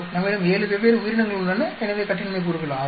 நம்மிடம் 7 வெவ்வேறு உயிரினங்கள் உள்ளன எனவே கட்டின்மை கூறுகள் 6